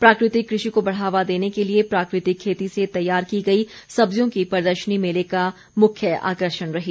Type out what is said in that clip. प्राकृतिक कृषि को बढ़ावा देने के लिए प्राकृतिक खेती से तैयार की गई सब्जियों की प्रदर्शनी मेले का मुख्य आकर्षण रही